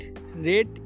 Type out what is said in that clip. rate